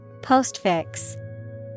Postfix